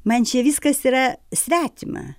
man čia viskas yra svetima